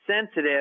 sensitive